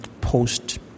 post